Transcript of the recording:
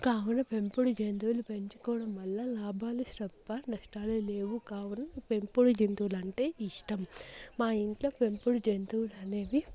కావున పెంపుడు జంతువులు పెంచుకోవడం వలన లాభాలు తప్ప నష్టాలు లేవు కావున పెంపుడు జంతువులంటే ఇష్టం మా ఇంట్లో పెంపుడు జంతువులు అనేవి